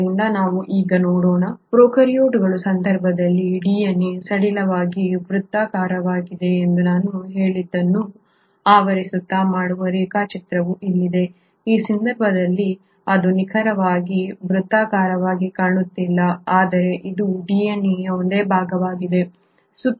ಆದ್ದರಿಂದ ನಾವು ಈಗ ನೋಡೋಣ ಪ್ರೊಕಾರ್ಯೋಟ್ಗಳ ಸಂದರ್ಭದಲ್ಲಿ DNA ಸಡಿಲವಾಗಿ ವೃತ್ತಾಕಾರವಾಗಿದೆ ಎಂದು ನಾನು ಹೇಳಿದ್ದನ್ನು ಆವರಿಸುತ್ತ ಮಾಡುವ ರೇಖಾಚಿತ್ರವು ಇಲ್ಲಿದೆ ಈ ಸಂದರ್ಭದಲ್ಲಿ ಅದು ನಿಖರವಾಗಿ ವೃತ್ತಾಕಾರವಾಗಿ ಕಾಣುತ್ತಿಲ್ಲ ಆದರೆ ಇದು DNA ಯ ಒಂದೇ ಭಾಗವಾಗಿದೆ